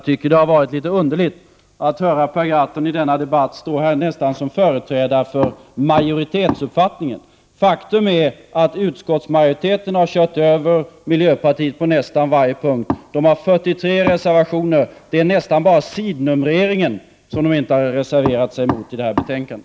Det har varit litet underligt att höra Per Gahrton i denna debatt stå här nästan som företrädare för majoritetsuppfattningen. Faktum är att utskottsmajoriteten har kört över miljöpartiet på nästan varenda punkt. De har 43 reservationer. Det är nästan bara sidnumreringen som de inte har reserverat sig emot i detta betänkande.